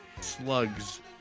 Slugs